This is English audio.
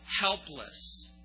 helpless